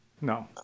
No